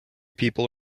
people